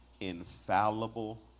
infallible